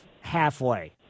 halfway